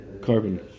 Carbon